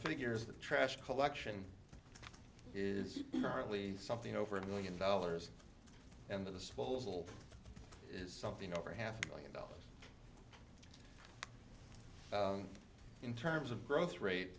figures the trash collection is really something over a million dollars and the supposal is something over half a million dollars in terms of growth rate